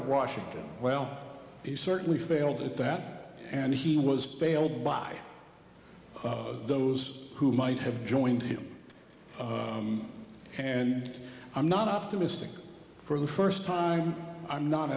of washington well he certainly failed at that and he was failed by those who might have joined him and i'm not optimistic for the first time i'm not